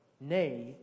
nay